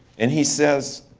and he says,